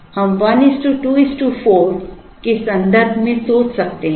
इसलिए हम 124 के संदर्भ में सोच सकते हैं